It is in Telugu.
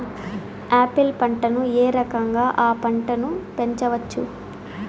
ఆపిల్ పంటను ఏ రకంగా అ పంట ను పెంచవచ్చు?